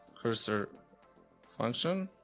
cursor function.